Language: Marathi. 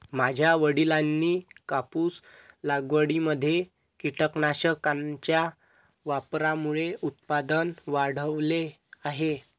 माझ्या वडिलांनी कापूस लागवडीमध्ये कीटकनाशकांच्या वापरामुळे उत्पादन वाढवले आहे